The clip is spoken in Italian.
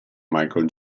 michael